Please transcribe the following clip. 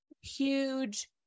huge